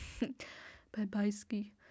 Bye-bye-ski